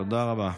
תודה רבה.